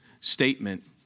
statement